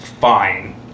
fine